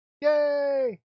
Yay